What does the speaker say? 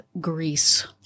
Greece